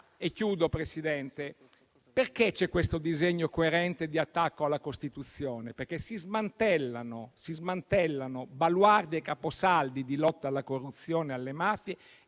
signora Presidente, c'è un disegno coerente di attacco alla Costituzione, perché si smantellano baluardi e caposaldi di lotta alla corruzione e alle mafie